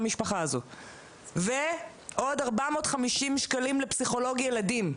למשפחה הזו ועוד 450 ₪ לפסיכולוג ילדים,